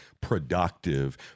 productive